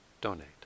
donate